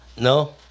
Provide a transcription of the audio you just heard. No